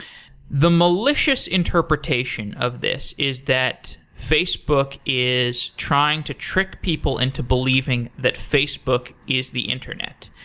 the malicious interpretation of this is that facebook is trying to trick people into believing that facebook is the internet.